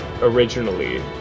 originally